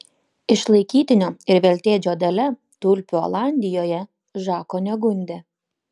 išlaikytinio ir veltėdžio dalia tulpių olandijoje žako negundė